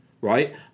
right